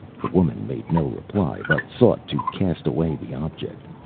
the woman made no reply, but sought to cast away the object.